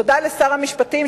תודה לשר המשפטים,